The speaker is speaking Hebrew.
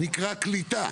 נקרא קליטה.